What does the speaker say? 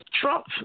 Trump